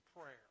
prayer